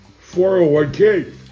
401k